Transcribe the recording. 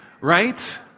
right